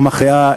או מכריעה,